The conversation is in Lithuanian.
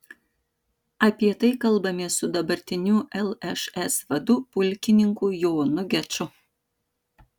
apie tai kalbamės su dabartiniu lšs vadu pulkininku jonu geču